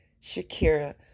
Shakira